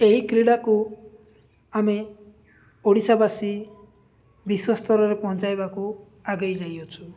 ଏହି କ୍ରୀଡ଼ାକୁ ଆମେ ଓଡ଼ିଶାବାସୀ ବିଶ୍ୱସ୍ତରରେ ପହଞ୍ଚାଇବାକୁ ଆଗେଇ ଯାଇଅଛୁ